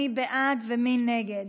מי בעד ומי נגד?